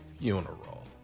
funeral